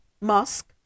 Musk